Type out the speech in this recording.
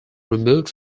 removed